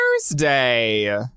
Thursday